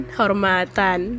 hormatan